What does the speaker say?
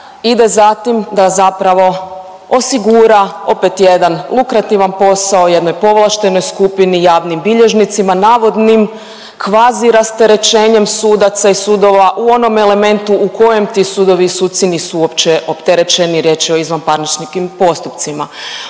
ide za tim da zapravo osigura opet jedan lukrativan posao jednoj povlaštenoj skupini, javnim bilježnicima, navodnim kvazi rasterećenjem sudaca i sudova u onom elementu u kojem ti sudovi i suci nisu uopće opterećeni, riječ je o izvanparničnim postupcima.